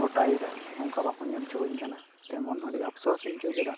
ᱜᱚᱴᱟᱭᱮᱫᱟ ᱚᱱᱠᱟ ᱵᱟᱠᱚ ᱧᱮᱞ ᱦᱚᱪᱚᱧ ᱠᱟᱱᱟ ᱮᱢᱚᱱ ᱟᱹᱰᱤ ᱟᱯᱥᱳᱥᱤᱧ ᱚᱪᱚ ᱠᱮᱫᱟ